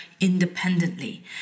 independently